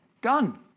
Done